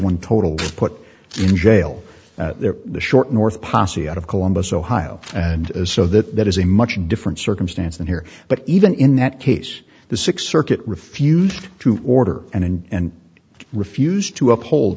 one total put in jail there the short north posse out of columbus ohio and so that that is a much different circumstance than here but even in that case the sixth circuit refused to order and refused to uphold